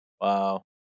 Wow